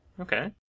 Okay